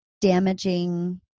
damaging